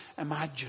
imagine